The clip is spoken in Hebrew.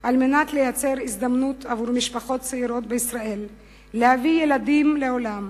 לייצר הזדמנות למשפחות צעירות בישראל להביא ילדים לעולם,